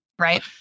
right